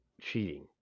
cheating